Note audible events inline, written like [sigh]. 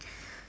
[noise]